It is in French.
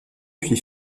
puis